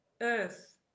Earth